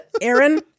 Aaron